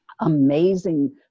amazing